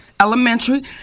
Elementary